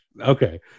okay